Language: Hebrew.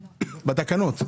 בתקנות.